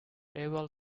able